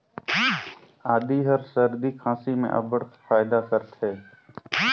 आदी हर सरदी खांसी में अब्बड़ फएदा करथे